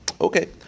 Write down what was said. Okay